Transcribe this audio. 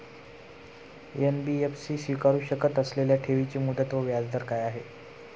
NBFC स्वीकारु शकत असलेल्या ठेवीची मुदत व व्याजदर काय आहे?